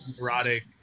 erotic